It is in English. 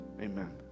amen